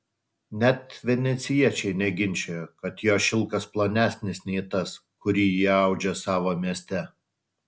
net venecijiečiai neginčijo kad jo šilkas plonesnis nei tas kurį jie audžia savo mieste